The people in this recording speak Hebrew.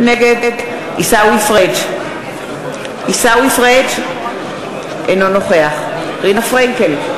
נגד עיסאווי פריג' אינו נוכח רינה פרנקל,